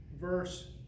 verse